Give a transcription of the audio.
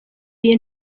iyi